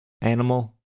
animal